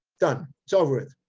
done. it's over with,